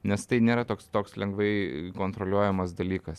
nes tai nėra toks toks lengvai kontroliuojamas dalykas